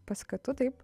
paskatų taip